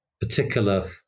particular